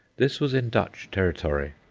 this was in dutch territory.